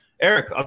Eric